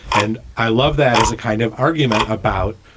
and i love that as a kind of argument about,